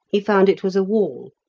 he found it was a wall,